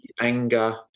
anger